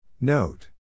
Note